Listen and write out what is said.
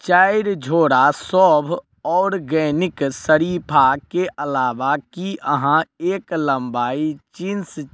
चारि झोरा सभ ऑर्गेनिक शरीफा के अलावा की अहाँ एक लम्बाइ चिन्स